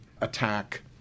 attack